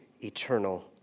eternal